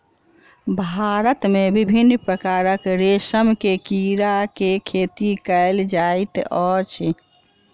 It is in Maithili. भारत मे विभिन्न प्रकारक रेशम के कीड़ा के खेती कयल जाइत अछि